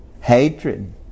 hatred